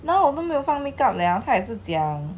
now 我都没有放 makeup 他也是讲